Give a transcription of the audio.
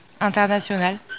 international